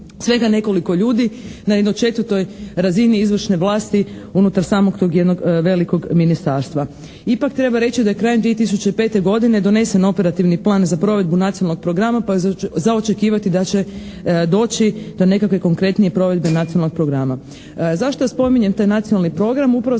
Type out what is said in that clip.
svega nekoliko ljudi na jednoj četvrtoj razini izvršne vlasti unutar samog tog jednog velikog ministarstva. Ipak treba reći da je krajem 2005. godine donesen operativni plan za provedbu nacionalnog programa pa je za očekivati da će doći do nekakve konkretnije provedbe nacionalnog programa. Zašto spominjem taj nacionalni program?